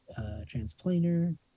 Transplaner